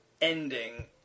ending